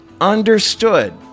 understood